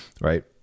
right